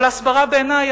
אבל הסברה בעיני,